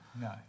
no